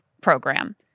program